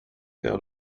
out